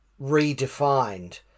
redefined